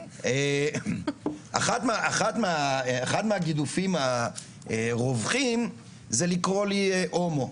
אחד הגידופים הרווחים זה לקרוא לי "הומו".